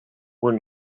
were